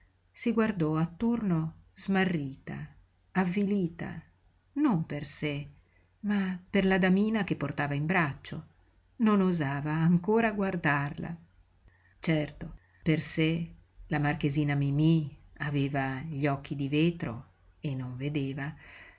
si guardò attorno smarrita avvilita non per sé ma per la damina che portava in braccio non osava ancora guardarla certo per sé la marchesina mimí aveva gli occhi di vetro e non vedeva